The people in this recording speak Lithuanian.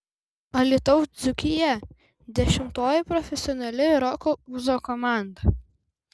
alytaus dzūkija dešimtoji profesionali roko ūzo komanda